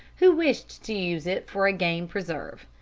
who wished to use it for a game preserve.